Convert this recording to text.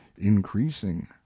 increasing